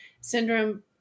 syndrome